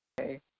okay